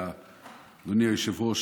אדוני היושב-ראש,